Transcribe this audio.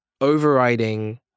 overriding